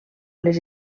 les